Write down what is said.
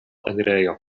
enirejo